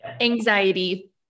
anxiety